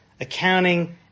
accounting